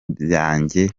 byanjye